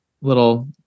little